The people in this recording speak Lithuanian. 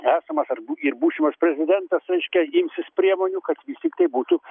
esamas ar ir būsimas prezidentas reiškia imsis priemonių kad vis tiktai būtų